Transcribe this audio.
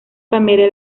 cambiaría